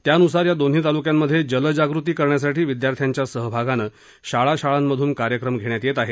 त्यानुसार या दोन्ही तालुक्यांमध्ये जलजागृती करण्यासाठी विद्यार्थ्यांच्या सहभागानं शाळां शाळांमधून कार्यक्रम घेण्यात येत आहे